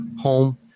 home